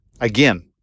again